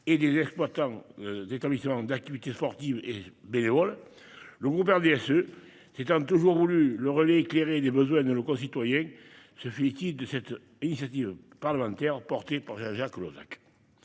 et des exploitants d'établissements d'activités sportives et bénévoles. Le groupe RDSE c'est un toujours voulu le relais éclairé des besoins de nos concitoyens se félicite de cette initiative parlementaire, emporté par Jean-Jacques Lozach.